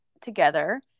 together